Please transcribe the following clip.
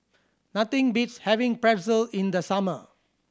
nothing beats having Pretzel in the summer